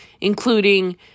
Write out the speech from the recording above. including